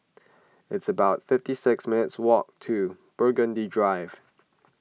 it's about fifty six minutes' walk to Burgundy Drive